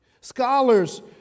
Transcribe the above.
scholars